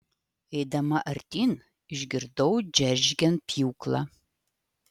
eidama artyn išgirdau džeržgiant pjūklą